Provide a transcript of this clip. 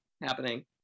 happening